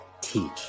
teach